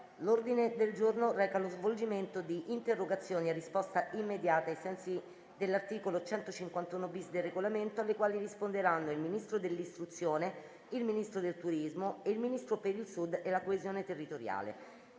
L'ordine del giorno reca lo svolgimento di interrogazioni a risposta immediata (cosiddetto *question time*), ai sensi dell'articolo 151-*bis* del Regolamento, alle quali risponderanno il Ministro dell'istruzione, il Ministro del turismo e il Ministro per il Sud e la coesione territoriale.